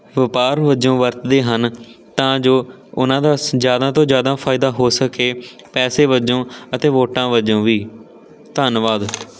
ਵਪਾਰ ਵਜੋਂ ਵਰਤਦੇ ਹਨ ਤਾਂ ਜੋ ਉਹਨਾਂ ਦਾ ਸ ਜ਼ਿਆਦਾ ਤੋਂ ਜ਼ਿਆਦਾ ਫਾਇਦਾ ਹੋ ਸਕੇ ਪੈਸੇ ਵਜੋਂ ਅਤੇ ਵੋਟਾਂ ਵਜੋਂ ਵੀ ਧੰਨਵਾਦ